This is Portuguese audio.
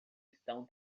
estão